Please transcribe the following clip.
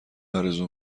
آرزو